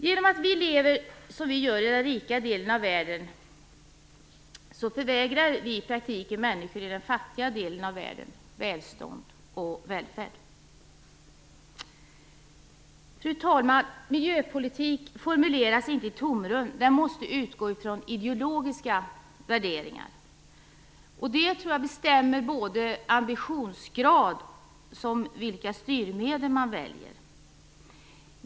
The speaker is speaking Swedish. Genom att vi lever som vi gör i den rika delen av världen förvägrar vi i praktiken människor i den fattiga delen av världen välstånd och välfärd. Fru talman! Miljöpolitik formuleras inte i tomrum. Den måste utgå från ideologiska värderingar. Det tror jag bestämmer både ambitionsgrad och vilka styrmedel man väljer.